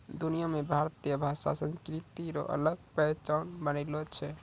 दुनिया मे भारतीय भाषा संस्कृति रो अलग पहचान बनलो छै